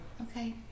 Okay